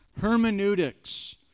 hermeneutics